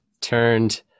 turned